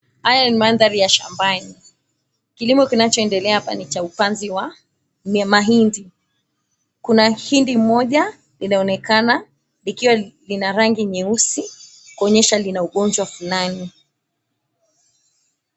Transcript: Haya ni mandhari ya shambani. Kilimo kinachoendelea hapa ni cha upanzi wa mahindi. Kuna hindi moja linaonekana vikiwa vina rangi nyeusi kuonyesha lina ugonjwa fulani.